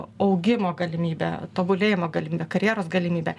augimo galimybė tobulėjimo galimybė karjeros galimybė